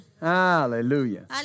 Hallelujah